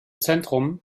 zentrum